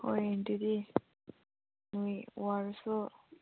ꯍꯣꯏ ꯑꯗꯨꯗꯤ ꯅꯣꯏ ꯋꯥꯔꯁꯨ